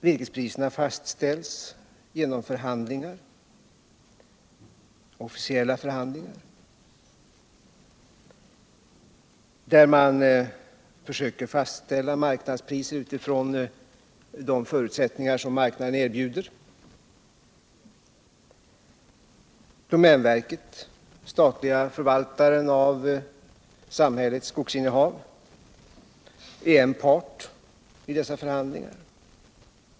Virkespriserna fastställs genom officiella förhandlingar, där man försöker bestämma priserna utifrån de förutsättningar som marknaden erbjuder. Domänverket, som är den statliga förvaltaren av samhällets skogsinnehav, är en part i dessa förhandlingar.